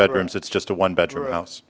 bedrooms it's just a one bedroom house